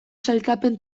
sailkapen